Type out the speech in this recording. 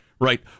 Right